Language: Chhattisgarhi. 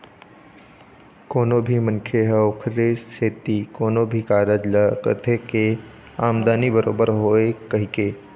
कोनो भी मनखे ह ओखरे सेती कोनो भी कारज ल करथे के आमदानी बरोबर होवय कहिके